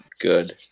Good